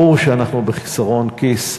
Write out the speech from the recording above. ברור שאנחנו בחסרון כיס,